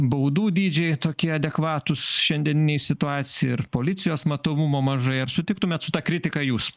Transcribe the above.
baudų dydžiai tokie adekvatūs šiandieninėj situacijoj ir policijos matomumo mažai ar sutiktumėt su ta kritika jūs